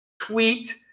tweet